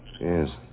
Yes